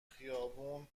خیابون